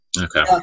Okay